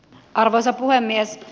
arvoisa puhemies